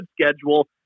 schedule